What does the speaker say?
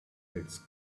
its